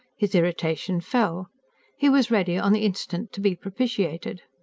his irritation fell he was ready on the instant to be propitiated.